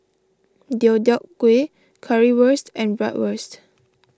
Deodeok Gui Currywurst and Bratwurst